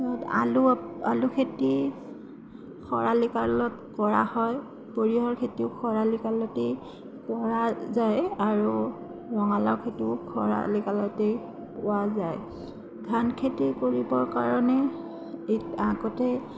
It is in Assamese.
আলু আলু খেতি খৰালি কালত কৰা হয় সৰিয়হৰ খেতিও খৰালি কালতেই কৰা যায় আৰু ৰঙালাও খেতিও খৰালি কালতেই পোৱা যায় ধান খেতি কৰিবৰ কাৰণে এ আগতে